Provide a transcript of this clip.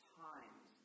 times